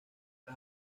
las